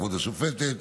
כבוד השופטת,